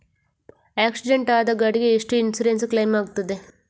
Accident ಆದ ಗಾಡಿಗೆ ಎಷ್ಟು ಇನ್ಸೂರೆನ್ಸ್ ಕ್ಲೇಮ್ ಆಗ್ತದೆ?